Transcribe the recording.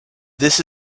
this